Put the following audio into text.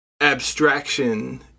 abstraction